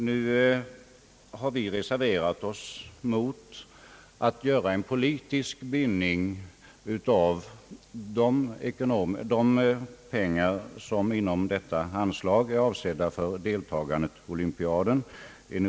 Nu har vi reserverat oss mot att göra en politisk bindning av de pengar som inom detta anslag är avsedda för deltagandet i olympiaden i Mexico.